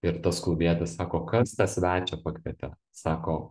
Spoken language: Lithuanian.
ir tas klubietis sako kas tą svečią pakvietė sako